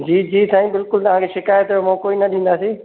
जी जी साईं बिल्कुलु तव्हांखे शिक़ायत जो मौको ई न ॾींदासीं